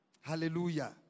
Hallelujah